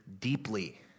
deeply